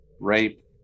rape